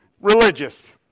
religious